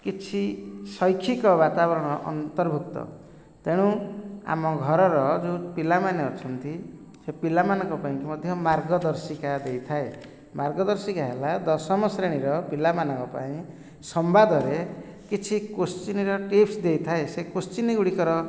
କିଛି ଶୈକ୍ଷିକ ବାତାବରଣ ଅନ୍ତର୍ଭୁକ୍ତ ତେଣୁ ଆମ ଘରର ଯେଉଁ ପିଲାମାନେ ଅଛନ୍ତି ସେ ପିଲାମାନଙ୍କ ପାଇଁ ମଧ୍ୟ ମାର୍ଗଦର୍ଶୀକା ଦେଇଥାଏ ମାର୍ଗଦର୍ଶୀକା ହେଲା ଦଶମ ଶ୍ରେଣୀର ପିଲାମାନଙ୍କ ପାଇଁ ସମ୍ବାଦରେ କିଛି କୋଶ୍ଚିନ୍ର ଟିପ୍ସ ଦେଇଥାଏ ସେ କୋଶ୍ଚିନ୍ ଗୁଡ଼ିକର